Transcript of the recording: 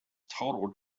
total